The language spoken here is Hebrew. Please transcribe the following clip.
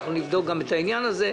נבדוק גם את העניין הזה.